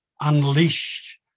unleashed